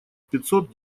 пятьсот